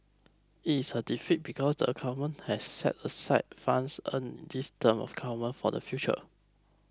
it is a deficit because the Government has set aside funds earned in this term of government for the future